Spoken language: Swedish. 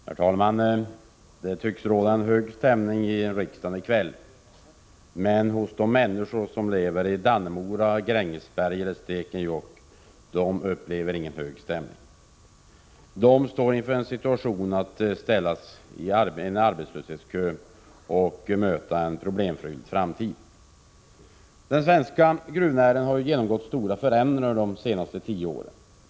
Herr talman! Det tycks råda en hög stämning i riksdagen i kväll. Men människorna som lever i Dannemora, Grängesberg resp. Stekenjokk upplever ingen hög stämning. De står inför hotet att ställas i arbetslöshetskö och möta en problemfylld framtid. Den svenska gruvnäringen har genomgått stora förändringar under de senaste tio åren.